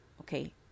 Okay